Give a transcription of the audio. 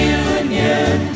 union